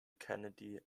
kennedy